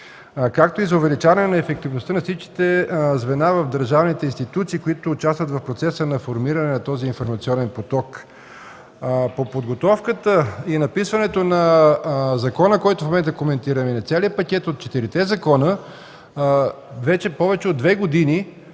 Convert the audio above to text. както и за увеличаване на ефективността на всички звена в държавните институции, които участват в процеса на формиране на този информационен поток. По подготовката и написването на законопроекта, който в момента коментираме, на целия пакет от четири законопроекта вече повече от две години